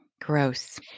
Gross